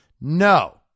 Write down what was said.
No